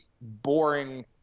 boring